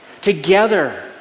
Together